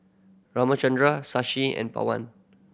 Ramchundra Shashi and Pawan